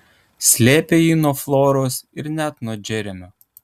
slėpė jį nuo floros ir net nuo džeremio